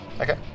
Okay